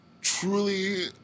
truly